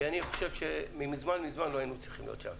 כי אני חושב שמזמן לא היינו צריכים להיות שם.